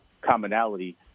commonality